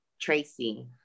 Tracy